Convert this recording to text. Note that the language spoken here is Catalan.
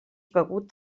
begut